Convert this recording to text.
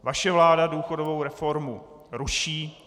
Vaše vláda důchodovou reformu ruší.